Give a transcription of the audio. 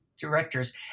Directors